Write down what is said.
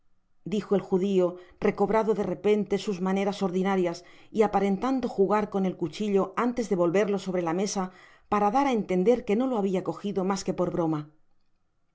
dijo el judio recobrado de repente sus maneras ordinarias y aparentando jugar con el cuchillo antes de volverlo sobre la mesa para dar á entender que no lo habia cojido mas que por bromaya